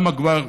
כמה כבר